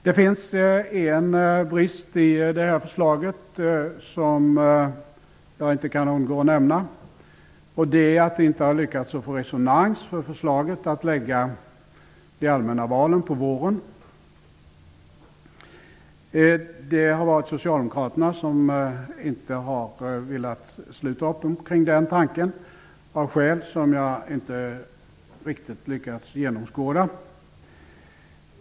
Det finns en brist i det här förslaget som jag inte kan undgå att nämna, och det är att vi inte har lyckats få resonans för förslaget att lägga de allmänna valen på våren. Socialdemokraterna har inte velat sluta upp kring den tanken, av skäl som jag inte riktigt har lyckats genomskåda.